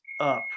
up